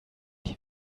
die